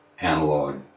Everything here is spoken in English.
analog